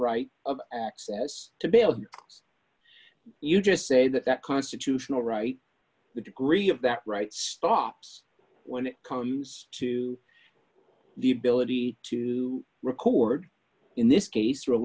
right of access to build you just say that that constitutional right the degree of that right stops when it comes to the ability to record in this case